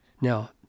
Now